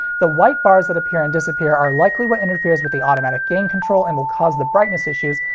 the white bars that appear and disappear are likely what interferes with the automatic gain control and will cause the brightness issues,